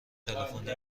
تلفنی